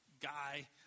guy